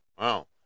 Wow